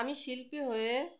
আমি শিল্পী হয়ে